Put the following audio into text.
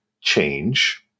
change